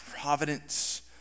providence